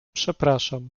przepraszam